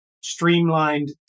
streamlined